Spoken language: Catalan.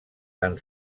tan